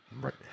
Right